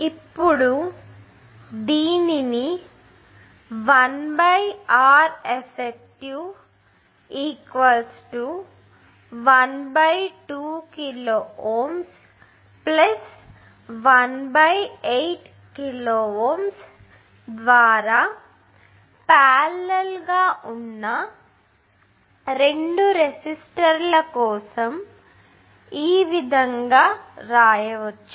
ఇప్పుడు దీనిని 1Reffective12 k18 k ద్వారా పారలెల్ గా ఉన్న రెండు రెసిస్టర్ల కోసం మీరు ఈవిధంగా వ్రాయవచ్చు